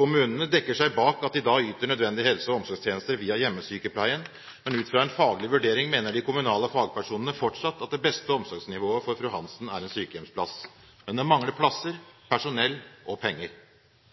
Kommunene dekker seg bak at de da yter nødvendige helse- og omsorgstjenester via hjemmesykepleien, men ut fra en faglig vurdering mener de kommunale fagpersonene fortsatt at det beste omsorgsnivået for fru Hansen er en sykehjemsplass. Men det mangler plasser, personell og penger.